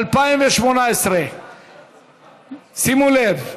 התשע"ח 2018. שימו לב,